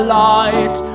light